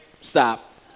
stop